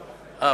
אדוני.